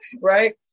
right